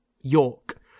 York